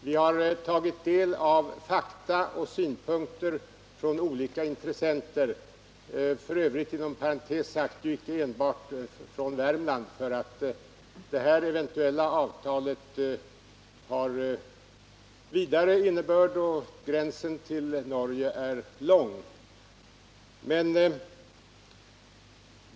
Vi har tagit del av fakta och synpunkter från olika intressenter — f. ö. inom parentes sagt inte enbart från Värmland, för detta eventuella avtal har en vidare innebörd och gränsen till Norge är lång.